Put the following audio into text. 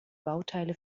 bauteile